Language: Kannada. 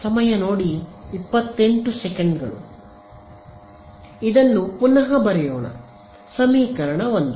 ಇದನ್ನು ಪುನಃ ಬರೆಯೋಣ ಸಮೀಕರಣ 1